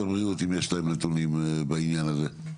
הבריאות אם יש להם נתונים בעניין הזה.